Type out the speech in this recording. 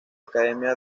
academia